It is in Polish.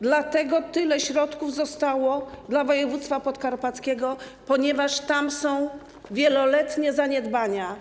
Dlatego tyle środków przeznaczono dla województwa podkarpackiego, ponieważ tam są wieloletnie zaniedbania.